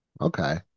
okay